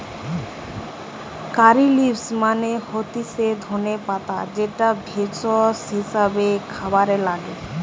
কারী leaves মানে হতিছে ধনে পাতা যেটা ভেষজ হিসেবে খাবারে লাগে